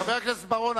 חבר הכנסת בר-און,